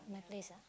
my place ah